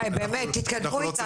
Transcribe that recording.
די, באמת, תתקדמו איתנו.